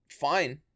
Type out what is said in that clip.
fine